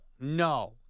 no